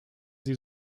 sie